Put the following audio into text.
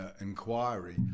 inquiry